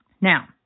Now